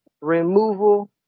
removal